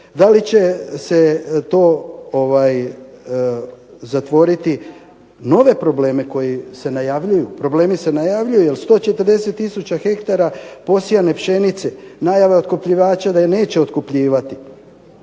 Da li će to stvoriti nove probleme koji se najavljuju? Problemi su najavljuju jer 143 tisuća hektara posijane pšenice, najave otkupljivača da je neće otkupljivati.